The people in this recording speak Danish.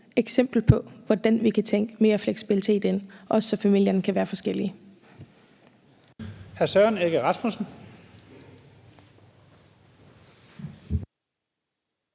eksempel på, hvordan vi kan tænke mere fleksibilitet ind, også så familierne kan være forskellige.